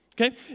okay